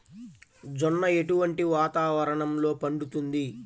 జొన్న ఎటువంటి వాతావరణంలో పండుతుంది?